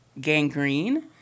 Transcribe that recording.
gangrene